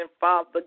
Father